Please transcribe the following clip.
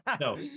No